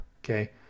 Okay